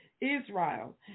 Israel